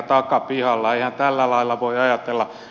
eihän tällä lailla voi ajatella